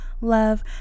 love